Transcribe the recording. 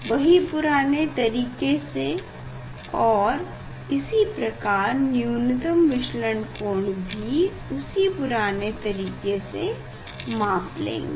वही पुराने तरीके से और इसी प्रकार न्यूनतम विचलन कोण भी उसी पुराने तरीके से माप लेंगे